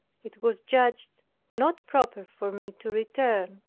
it was judged not proper for me to return,